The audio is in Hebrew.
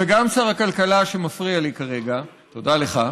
וגם שר הכלכלה, שמפריע לי כרגע, תודה לך.